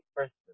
First